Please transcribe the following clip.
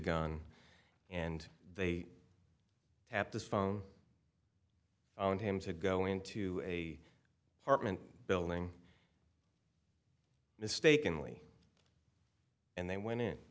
gun and they tapped this phone on him to go into a hartman building mistakenly and they went in